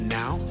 now